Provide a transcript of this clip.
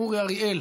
אורי אריאל,